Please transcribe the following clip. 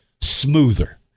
smoother